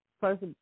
first